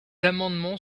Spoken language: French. amendements